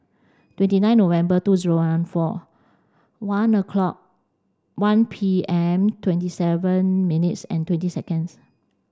twenty nine November two zero one four one o'clock one P M twenty seven minutes and twenty seconds